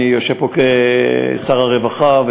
ויושב פה שר הרווחה,